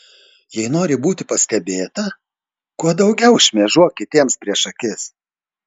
jei nori būti pastebėta kuo daugiau šmėžuok kitiems prieš akis